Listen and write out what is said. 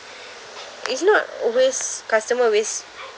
it's not always customer always